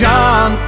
John